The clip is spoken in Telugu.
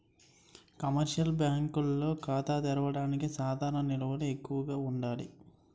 కమర్షియల్ బ్యాంకుల్లో ఖాతా తెరవడానికి సాధారణ నిల్వలు ఎక్కువగా ఉండాలి